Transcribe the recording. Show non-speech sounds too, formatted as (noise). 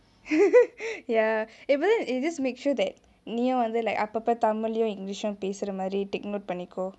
(laughs) ya eh but then just make sure that நீயும் வந்து:neeyum vanthu like அப்பப்பே:appappae tamil லேயும்:leyum english லேயும் பேசுர மாதிரி:leyum pesura maathiri take note பண்ணிக்கோ:panniko